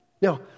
Now